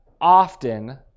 often